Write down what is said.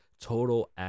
total